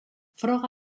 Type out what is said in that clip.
froga